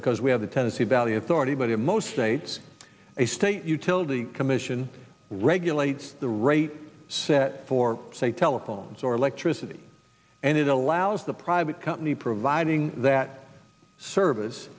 because we have the tennessee valley authority but in most states a state utility commission regulates the rate set for say telephones or electricity and it allows the private company providing that service